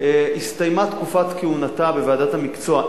הסתיימה תקופת כהונתה בוועדת המקצוע.